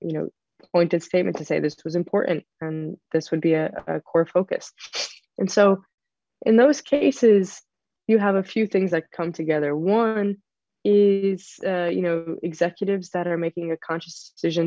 very pointed statement to say this was important and this would be a core focus and so in those cases you have a few things that come together one is you know executives that are making a conscious decision